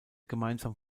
gemeinsam